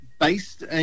based